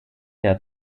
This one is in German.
der